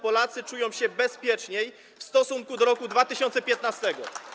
Polacy czują się bezpieczniej w stosunku do roku 2015.